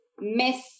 Miss